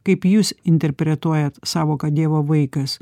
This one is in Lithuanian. kaip jūs interpretuojat sąvoką dievo vaikas